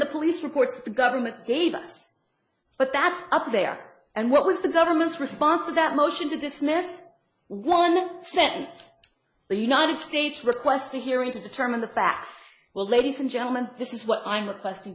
the police reports the government gave us but that's up they are and what was the government's response to that motion to dismiss one sentence the united states requested hearing to determine the facts well ladies and gentlemen this is what i'm requesting